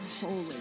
holy